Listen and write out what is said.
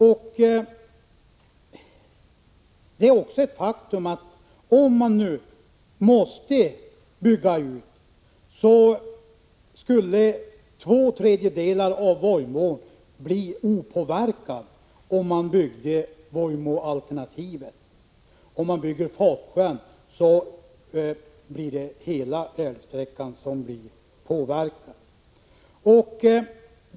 Om man nu måste bygga ut, så skulle två tredjedelar av Vojmån bli opåverkade om man valde Vojmåalternativet. Om man bygger Fatsjöprojektet, blir hela älvsträckan påverkad.